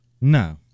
No